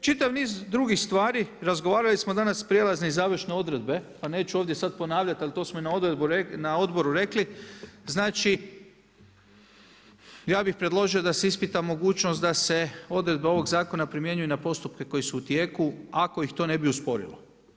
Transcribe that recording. Dakle, čitav niz drugih stvari, razgovarali smo danas prijelazne i završne odredbe, pa neću ovdje sad ponavljati, ali to smo i na odboru rekli, znači ja bih predložio da se ispita mogućnost, da se odredba ovog zakona primjenjuje na postupke koje su u tijeku, ako ih to ne bi usporilo.